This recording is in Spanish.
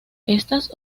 estas